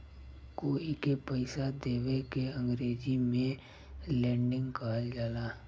कोई के पइसा देवे के अंग्रेजी में लेंडिग कहल जाला